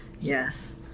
Yes